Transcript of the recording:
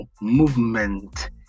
movement